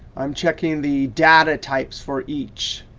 i'm checking the data types for each.